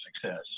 success